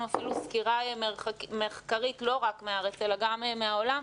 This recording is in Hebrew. אפילו סקירה מחקרית לא רק מהארץ אלא גם מהעולם,